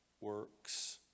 works